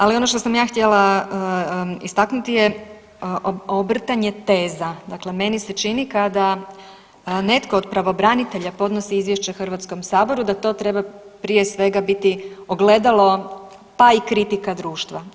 Ali ono što sam ja htjela istaknuti je obrtanje teza, dakle meni se čini kada netko od pravobranitelja podnosi izvješće HS-u da to treba prije svega biti ogledalo pa i kritika društva.